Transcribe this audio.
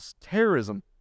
terrorism